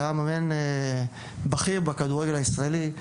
שהיה מאמן בכיר בכדורגל הישראלי,